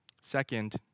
Second